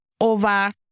over